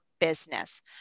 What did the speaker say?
business